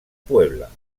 puebla